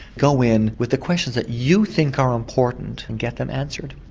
go in with the questions that you think are important and get them answered.